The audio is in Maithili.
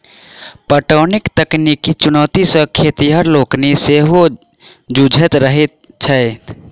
पटौनीक तकनीकी चुनौती सॅ खेतिहर लोकनि सेहो जुझैत रहैत छथि